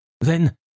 Then